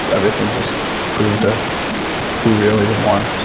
everything just proved to be real even more